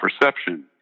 perception